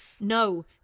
no